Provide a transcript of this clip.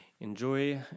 Enjoy